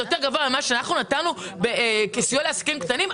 הוא יותר גבוה מזה שאנחנו נתנו כסיוע לעסקים קטנים?